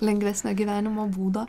lengvesnio gyvenimo būdo